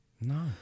No